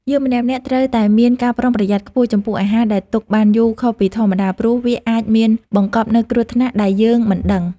យើងម្នាក់ៗត្រូវតែមានការប្រុងប្រយ័ត្នខ្ពស់ចំពោះអាហារដែលទុកបានយូរខុសពីធម្មតាព្រោះវាអាចមានបង្កប់នូវគ្រោះថ្នាក់ដែលយើងមិនដឹង។